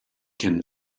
can